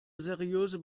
seriöse